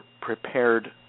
prepared